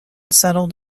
settled